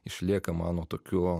išlieka mano tokiu